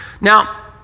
Now